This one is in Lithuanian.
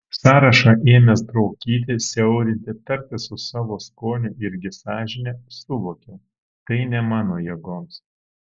sąrašą ėmęs braukyti siaurinti tartis su savo skoniu irgi sąžine suvokiau tai ne mano jėgoms